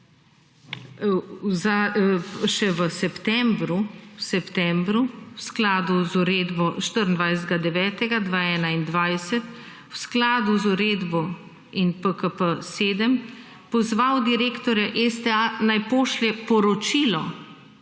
še v septembru v skladu z uredbo 24. 9. 2021, v skladu z uredbo in PKP7, pozval direktorja STA, naj pošlje poročilo.